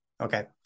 okay